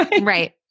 Right